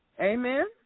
Amen